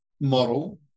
model